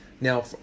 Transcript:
Now